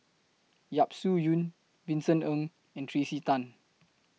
Yap Su Yin Vincent Ng and Tracey Tan